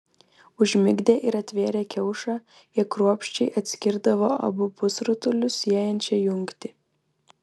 užmigdę ir atvėrę kiaušą jie kruopščiai atskirdavo abu pusrutulius siejančią jungtį